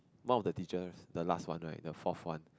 one of the teachers the last one the fourth one